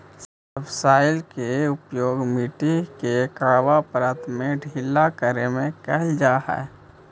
subsoiler के उपयोग मट्टी के कड़ा परत के ढीला करे में कैल जा हई